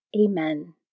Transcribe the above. Amen